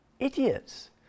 idiots